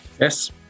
Yes